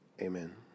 amen